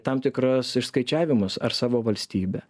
tam tikras išskaičiavimus ar savo valstybę